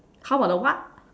how about the what